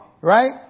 Right